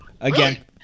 again